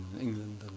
England